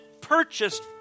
purchased